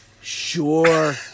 sure